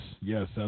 yes